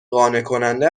قانعکننده